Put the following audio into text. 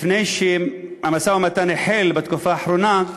לפני שהמשא-ומתן החל בתקופה האחרונה,